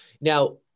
Now